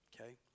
Okay